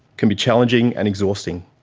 can be challenging and exhausting.